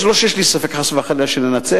לא שיש לי ספק חס וחלילה שננצח,